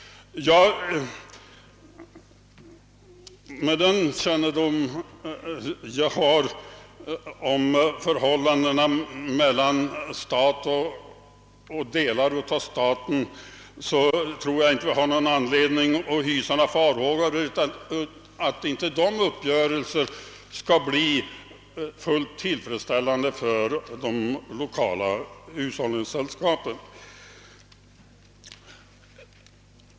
Med den kännedom jag har om förhållandet mellan staten och olika enheter inom staten har jag inte anledning tro att dessa uppgörelser inte skulle bli fullt tillfredsställande för de lokala hushållningssällskapen.